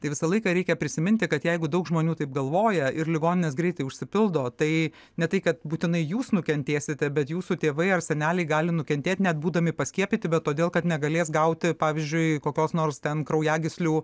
tai visą laiką reikia prisiminti kad jeigu daug žmonių taip galvoja ir ligoninės greitai užsipildo tai ne tai kad būtinai jūs nukentėsite bet jūsų tėvai ar seneliai gali nukentėti net būdami paskiepyti bet todėl kad negalės gauti pavyzdžiui kokios nors ten kraujagyslių